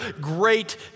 great